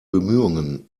bemühungen